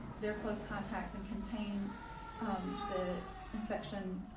there close contacts and contain the infection